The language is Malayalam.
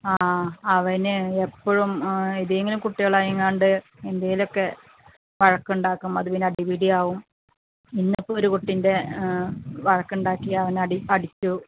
ആ അവന് എപ്പോഴും ഏതെങ്കിലും കുട്ടികളും ആയെങ്ങാണ്ട് എന്തേലും ഒക്കെ വഴക്കുണ്ടാക്കും അത് പിന്നെ അടിപിടി ആവും ഇന്നിപ്പോൾ ഒരു കുട്ടിൻ്റെ വഴക്കുണ്ടാക്കി അവൻ അടി അടിച്ചു